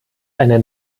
eine